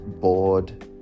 Bored